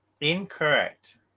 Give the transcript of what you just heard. Incorrect